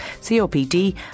COPD